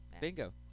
Bingo